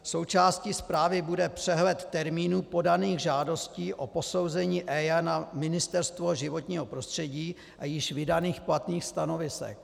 Součástí zprávy bude přehled termínů podaných žádostí o posouzení EIA na Ministerstvo životního prostředí a již vydaných platných stanovisek.